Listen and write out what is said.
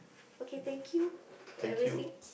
okay thank you for everything